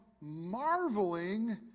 marveling